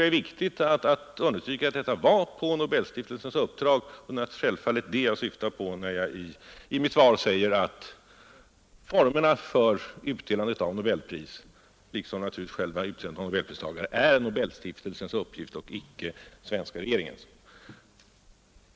Jag tror att det är viktigt att understryka att det var på Nobelstiftelsens uppdrag; det är självfallet det jag syftar på när jag i mitt svar säger att formerna för utdelandet av nobelpris liksom naturligtvis själva utseendet av nobelpristagare är Nobelstiftelsens uppgift och icke svenska regeringens.